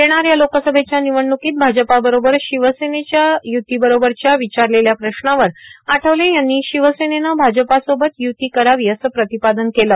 येणाऱ्या लोकसभेच्या निवडणुकीत भाजपा बरोबर शिवसेनेच्या युती बरोबरच्या विचारलेल्या प्रश्नावर आठवले यांनी शिवसेनेनं भाजप सोबत य्ती करावी असं प्रतिपादन त्यांनी यावेळी केलं